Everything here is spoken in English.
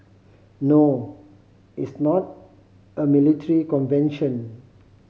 no it's not a military convention